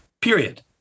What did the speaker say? period